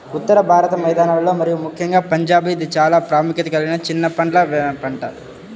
ఉత్తర భారత మైదానాలలో మరియు ముఖ్యంగా పంజాబ్లో ఇది చాలా ప్రాముఖ్యత కలిగిన చిన్న పండ్ల పంట